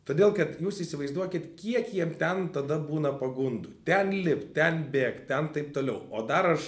todėl kad jūs įsivaizduokit kiek jiem ten tada būna pagundų ten lipt ten bėgt ten taip toliau o dar aš